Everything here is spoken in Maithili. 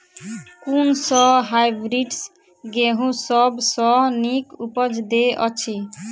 कुन सँ हायब्रिडस गेंहूँ सब सँ नीक उपज देय अछि?